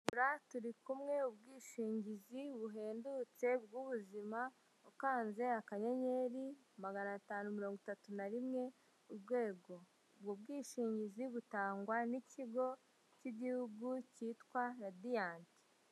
Gura turi kumwe ubwishingizi buhendutse bw'ubuzima, ukanze akanyenyeri magana atanu mirongo itatu na rimwe urwego, ubu bwishingizi butangwa n'ikigo cy'igihugu cyitwa Radiant.